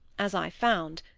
as i found,